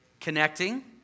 connecting